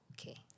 okay